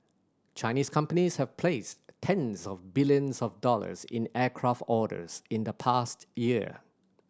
Chinese companies have placed tens of billions of dollars in aircraft orders in the past year